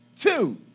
Two